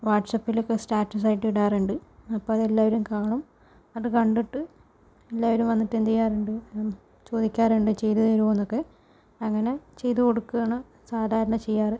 വാട്സ്ആപ്പിൽ ഒക്കെ സ്റ്റാറ്റസ് ആയിട്ട് ഇടാറുണ്ട് അപ്പോൾ അതെല്ലാവരും കാണും അതു കണ്ടിട്ട് എല്ലാവരും വന്നിട്ട് എന്ത് ചെയ്യാറുണ്ട് ചോദിക്കാറുണ്ട് ചെയ്ത് തരുമോയെന്നൊക്കെ അങ്ങനെ ചെയ്തു കൊടുക്കുകയാണ് സാധാരണ ചെയ്യാറ്